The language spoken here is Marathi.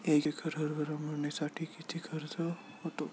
एक एकर हरभरा मळणीसाठी किती खर्च होतो?